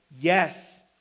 Yes